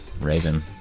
Raven